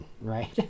right